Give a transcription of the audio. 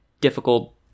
difficult